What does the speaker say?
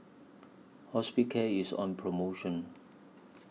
Hospicare IS on promotion